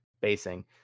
basing